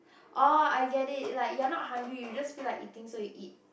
oh I get it like you are not hungry you just feel like eating so you eat